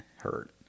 hurt